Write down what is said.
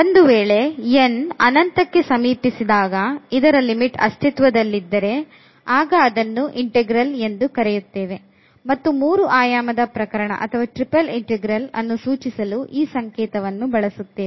ಒಂದು ವೇಳೆ n ಅನಂತಕ್ಕೆ ಸಮೀಪಿಸಿದ ಸಮೀಪಿಸಿದಾಗ ಇದರ ಲಿಮಿಟ್ ಅಸ್ತಿತ್ವದಲ್ಲಿದ್ದರೆ ಆಗ ಅದನ್ನು ಇಂಟೆಗ್ರಲ್ ಎಂದು ಕರೆಯುತ್ತೇವೆ ಮತ್ತು ಮೂರು ಆಯಾಮದ ಪ್ರಕರಣ ಅಥವಾ ಟ್ರಿಪಲ್ ಇಂಟೆಗ್ರಲ್ ಅನ್ನು ಸೂಚಿಸಲು ಈ ಸಂಕೇತವನ್ನು ಬಳಸುತ್ತೇವೆ